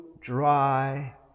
dry